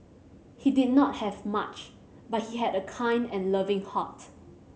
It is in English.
he did not have much but he had a kind and loving heart